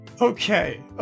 Okay